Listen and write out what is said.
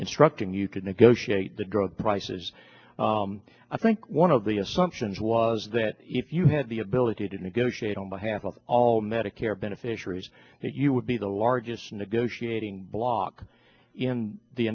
instructing you could negotiate the drug prices i think one of the assumptions was that if you had the ability to negotiate on behalf of all medicare beneficiaries you would be the largest negotiating block in the